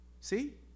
See